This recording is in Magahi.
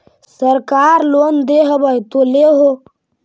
सरकार लोन दे हबै तो ले हो?